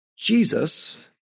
Jesus